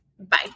Bye